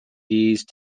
these